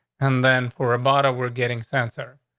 and then for a bottle were getting sensor.